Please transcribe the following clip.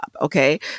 Okay